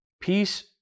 peace